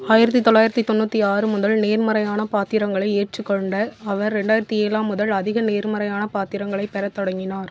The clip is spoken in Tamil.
ஆயிரத்து தொள்ளாயிரத்து தொண்ணூற்றி ஆறு முதல் நேர்மறையான பாத்திரங்களை ஏற்றுக்கொண்ட அவர் ரெண்டாயிரத்து ஏழாம் முதல் அதிக நேர்மறையான பாத்திரங்களை பெறத் தொடங்கினார்